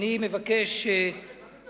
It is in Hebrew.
אני מבקש, מה זה?